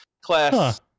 class